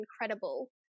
incredible